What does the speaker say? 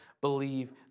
believe